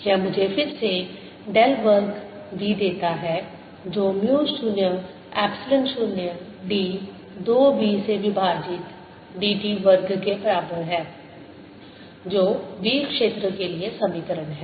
यह मुझे फिर से डेल वर्ग B देता है जो म्यू 0 एप्सिलॉन 0 d 2 B से विभाजित dt वर्ग के बराबर है जो B क्षेत्र के लिए समीकरण है